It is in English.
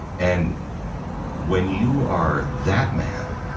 and when you are that man,